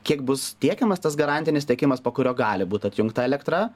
kiek bus tiekiamas tas garantinis tiekimas po kurio gali būt atjungta elektra